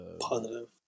positive